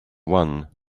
one